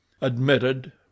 admitted